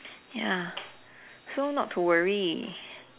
ya so not to worry